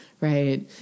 Right